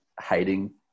hating